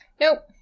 Nope